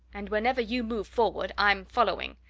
and whenever you move forward, i'm following.